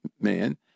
man